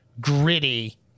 gritty